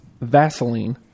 Vaseline